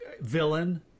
villain